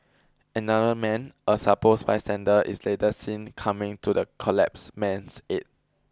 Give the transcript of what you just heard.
another man a supposed bystander is later seen coming to the collapsed man's aid